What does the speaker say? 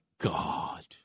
God